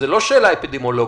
וזאת לא שאלה אפידמיולוגית,